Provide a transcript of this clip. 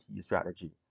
strategy